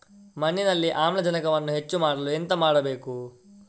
ಮಣ್ಣಿನಲ್ಲಿ ಆಮ್ಲಜನಕವನ್ನು ಹೆಚ್ಚು ಮಾಡಲು ಎಂತ ಮಾಡಬೇಕು?